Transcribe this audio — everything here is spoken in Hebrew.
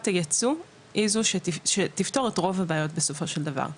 הייצוא היא זו שתפתור את רוב הבעיות בסופו של דבר.